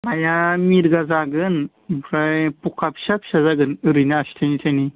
नाया मिरगा जागोन ओमफ्राय फखा फिसा फिसा जागोन ओरैनो आसि थाइनै थाइनै